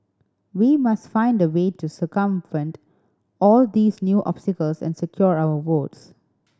we must find a way to circumvent all these new obstacles and secure our votes